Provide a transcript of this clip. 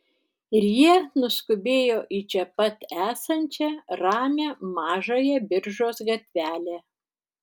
ir jie nuskubėjo į čia pat esančią ramią mažąją biržos gatvelę